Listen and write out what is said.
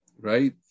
right